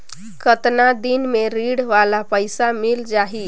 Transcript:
कतना दिन मे ऋण वाला पइसा मिल जाहि?